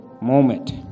moment